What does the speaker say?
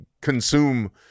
consume